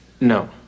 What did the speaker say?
No